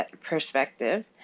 perspective